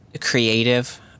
creative